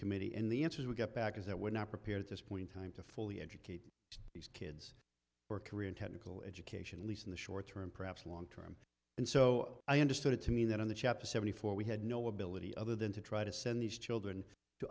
committee and the answers we get back is that we're not prepared this point time to fully educate these kids for career and technical education at least in the short term perhaps long term and so i understood it to mean that in the chapter seventy four we had no ability other than to try to send these children